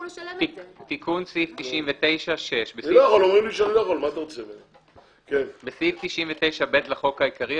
תיקון סעיף 99 6. בסעיף 99(ב) לחוק העיקרי,